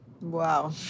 Wow